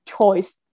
choice